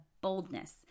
boldness